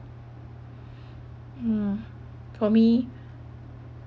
uh for me